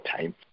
time